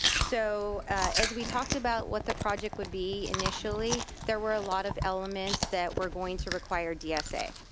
so as we talked about what the project would be initially, there were a lot of elements that were going to require dsa,